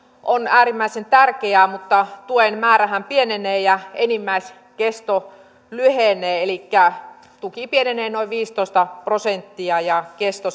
on todellakin äärimmäisen tärkeä mutta tuen määrähän pienenee ja enimmäiskesto lyhenee elikkä tuki pienenee noin viisitoista prosenttia ja kesto